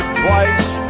twice